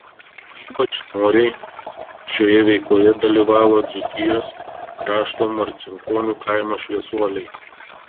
ypač noriai šioje veikloje dalyvavo dzūkijos krašto marcinkonių kaimo šviesuoliai